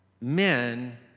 men